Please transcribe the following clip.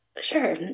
Sure